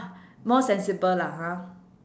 more sensible lah ha